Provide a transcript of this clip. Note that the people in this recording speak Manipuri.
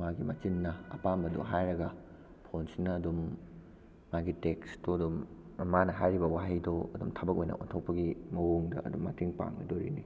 ꯃꯥꯒꯤ ꯃꯆꯤꯟꯅ ꯑꯄꯥꯝꯕꯗꯨ ꯍꯥꯏꯔꯒ ꯐꯣꯟꯁꯤꯅ ꯑꯗꯨꯝ ꯃꯥꯒꯤ ꯇꯦꯛꯁ ꯇꯣ ꯑꯗꯨꯝ ꯃꯥꯅ ꯍꯥꯏꯔꯤꯕ ꯋꯥꯍꯩꯗꯣ ꯑꯗꯨꯝ ꯊꯕꯛ ꯑꯣꯏꯅ ꯑꯣꯟꯊꯣꯛꯄꯒꯤ ꯃꯑꯣꯡꯗ ꯑꯗꯨꯝ ꯃꯇꯦꯡ ꯄꯥꯡꯒꯗꯧꯔꯤꯅꯤ